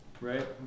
Right